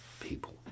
people